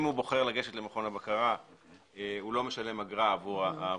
אם הוא בוחר לגשת למכון הבקרה הוא לא משלם אגרה עבור